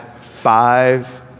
five